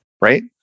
right